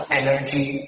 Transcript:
energy